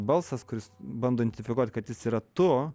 balsas kuris bando identifikuoti kad jis yra tu